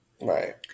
right